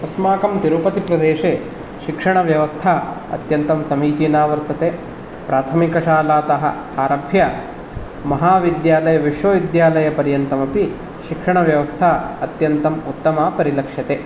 अस्माकं तिरुपतिप्रदेशे शिक्षणव्यवस्था अत्यन्तं समीचीना वर्तते प्राथमिकशालातः आरभ्य महाविद्यालयविश्वविद्यालयपर्यन्तमपि शिक्षणव्यवस्था अत्यन्तम् उत्तमा परिलक्ष्यते